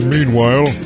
Meanwhile